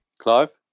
Clive